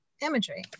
imagery